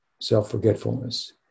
self-forgetfulness